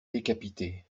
décapité